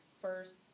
first